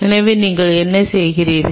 எனவே நீங்கள் என்ன செய்தீர்கள்